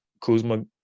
Kuzma